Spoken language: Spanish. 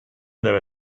debe